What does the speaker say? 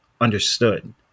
understood